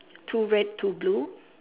two red two blue